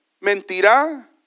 mentirá